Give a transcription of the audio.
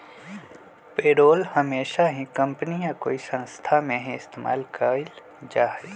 payroll हमेशा ही company या कोई संस्था में ही इस्तेमाल कइल जाहई